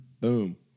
Boom